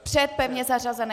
Před pevně zařazené.